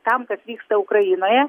tam kas vyksta ukrainoje